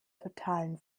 totalen